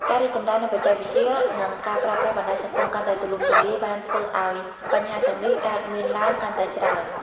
ការរីកចម្រើននៃបច្ចេកវិទ្យា និងការប្រើប្រាស់បណ្ដាញសង្គមកាន់តែទូលំទូលាយ បានធ្វើឱ្យបញ្ហាទាំងនេះកើតមានឡើងកាន់តែច្រើន។